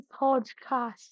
Podcast